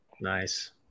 nice